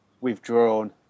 withdrawn